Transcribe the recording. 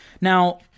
now